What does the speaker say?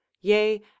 yea